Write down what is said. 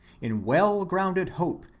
in well-grounded hope,